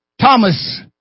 Thomas